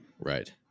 Right